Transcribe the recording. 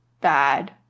bad